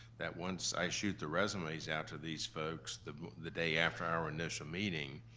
that once i shoot the resumes out to these folks the the day after our initial meeting,